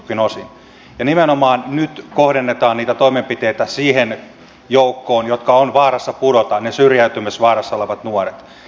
ja nimenomaan nyt kohdennetaan toimenpiteitä siihen joukkoon joka on vaarassa pudota niihin syrjäytymisvaarassa oleviin nuoriin